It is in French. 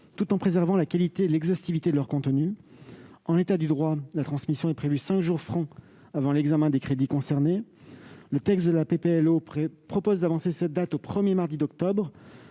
tout en préservant la qualité et l'exhaustivité de leur contenu. En l'état du droit, la transmission est prévue cinq jours francs avant l'examen des crédits concernés. Le texte de la proposition de loi organique vise à avancer cette date au premier mardi d'octobre.